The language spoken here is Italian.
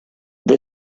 the